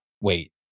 wait